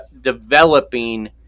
developing